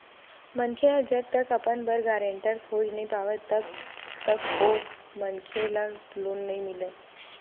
मनखे ह जब तक अपन लोन बर गारेंटर खोज नइ पावय तब तक ओ मनखे ल लोन नइ मिलय